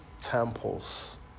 temples